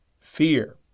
fear